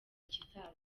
kizaza